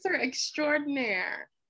extraordinaire